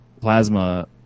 Plasma